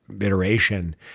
iteration